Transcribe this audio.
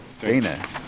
dana